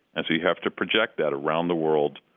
and so you have to project that around the world,